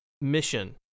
mission